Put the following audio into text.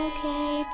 Okay